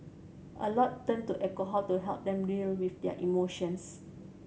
a lot turn to alcohol to help them deal with their emotions